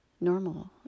normal